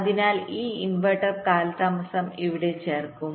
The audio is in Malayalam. അതിനാൽ ഈ ഇൻവെർട്ടർ കാലതാമസം ഇവിടെ ചേർക്കും